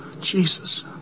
Jesus